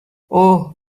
اُه